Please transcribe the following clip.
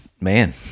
man